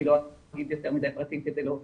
אני לא אגיד יותר מדי פרטים כדי לא לזהות,